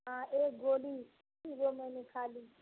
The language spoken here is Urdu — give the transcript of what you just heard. ہاں ایک گولی تھی وہ میں نے کھا لی